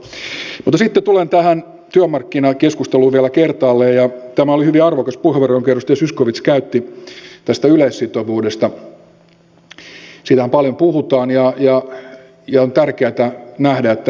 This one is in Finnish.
mutta sitten tulen tähän työmarkkinakeskusteluun vielä kertaalleen ja tämä oli hyvin arvokas puheenvuoro jonka edustaja zyskowicz käytti tästä yleissitovuudesta siitähän paljon puhutaan on tärkeätä nähdä mistä tässä on kysymys